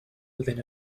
within